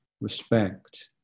respect